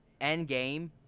Endgame